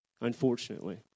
unfortunately